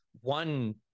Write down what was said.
one